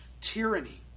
tyranny